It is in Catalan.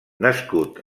nascut